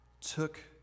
took